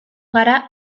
gara